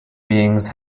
beings